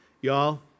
y'all